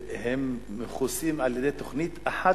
הם מכוסים על-ידי תוכנית אחת